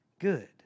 good